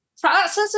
process